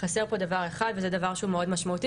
חסר פה דבר אחד וזה דבר שהוא מאוד משמעותי